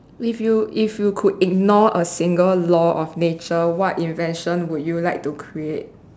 if you if you could ignore a single law of nature what invention would you like to create